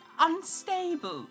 unstable